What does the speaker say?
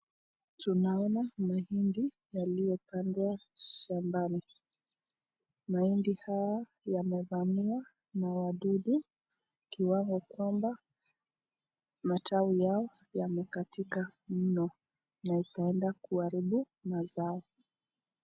Tunaona mahindi yaliyopandwa shambani. Mahindi haya yamevamiwa na wadudu kiwamo kwamba matawi yao yamekatika mno na itaenda kuaribu mazao